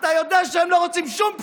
אתה יודע שהם לא רוצים שום פשרה.